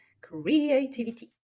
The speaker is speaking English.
creativity